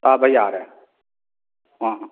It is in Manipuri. ꯆꯥꯕ ꯌꯥꯔꯦ ꯑꯣ